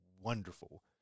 wonderful